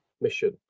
mission